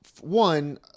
one